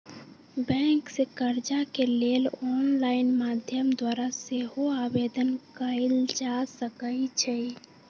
bank से कर्जा के लेल ऑनलाइन माध्यम द्वारा सेहो आवेदन कएल जा सकइ छइ